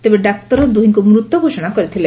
ତେବେ ଡାକ୍ତର ଦୁହିଙ୍କୁ ମୃତ ଘୋଷଣା କରିଥିଲେ